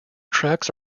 tracks